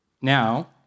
Now